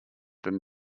than